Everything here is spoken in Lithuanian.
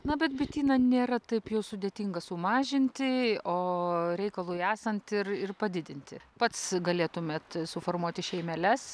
na bet bityną nėra taip jau sudėtinga sumažinti o reikalui esant ir ir padidinti pats galėtumėt suformuoti šeimeles